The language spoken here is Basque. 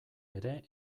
ere